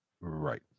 Right